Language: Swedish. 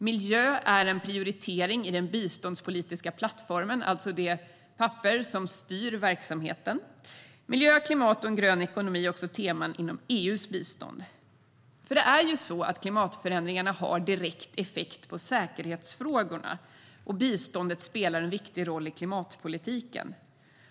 Miljö är en prioritering i den biståndspolitiska plattformen, alltså det papper som styr verksamheten. Miljö, klimat och en grön ekonomi är också teman inom EU:s bistånd. Klimatförändringarna har direkt effekt på säkerhetsfrågorna. Och biståndet spelar en viktig roll i klimatpolitiken.